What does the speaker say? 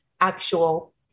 actual